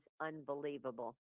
unbelievable